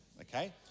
okay